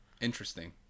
Interesting